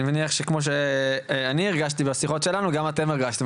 אני מניח שכמו שאני הרגשתי בשיחות שלנו גם אתם הרגשתם